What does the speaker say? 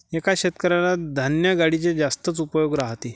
एका शेतकऱ्याला धान्य गाडीचे जास्तच उपयोग राहते